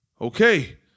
okay